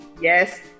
Yes